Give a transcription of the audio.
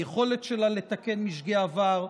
ביכולת שלה לתקן משגי עבר,